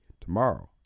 tomorrow